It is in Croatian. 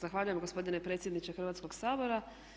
Zahvaljujem gospodine predsjedniče Hrvatskoga sabora.